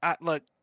look